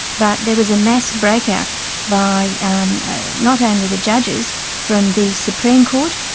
but there was a mass breakout by not only the judges from the supreme court,